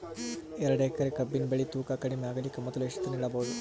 ಎರಡೇಕರಿ ಕಬ್ಬಿನ್ ಬೆಳಿ ತೂಕ ಕಡಿಮೆ ಆಗಲಿಕ ಮೊದಲು ಎಷ್ಟ ದಿನ ಇಡಬಹುದು?